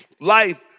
life